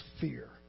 fear